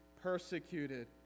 persecuted